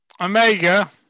Omega